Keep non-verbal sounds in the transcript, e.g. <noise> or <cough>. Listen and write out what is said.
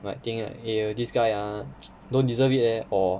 might think like eh this guy ah <noise> don't deserve it eh or